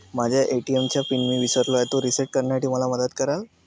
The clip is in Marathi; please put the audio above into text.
माझ्या ए.टी.एम चा पिन मी विसरलो आहे, तो रिसेट करण्यासाठी मला मदत कराल?